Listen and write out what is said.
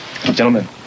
Gentlemen